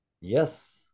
Yes